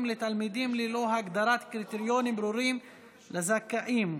לתלמידים ללא הגדרת קריטריונים ברורים לזכאים,